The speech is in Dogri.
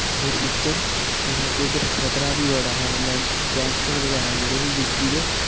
और उद्धर एह् ऐ कि उद्धर खतरा बी बड़ा हा ओल्लै गैंगस्टर बगैरा हे जेह्ड़े यूपी दे